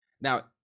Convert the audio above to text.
Now